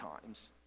times